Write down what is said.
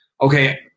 okay